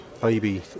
baby